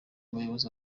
abayobozi